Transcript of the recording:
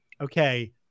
Okay